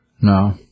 No